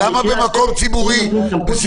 למה בגינה ציבורית אתה עושה את זה?